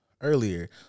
Earlier